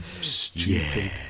stupid